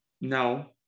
No